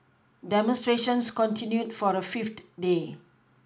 demonstrations continued for the fifth day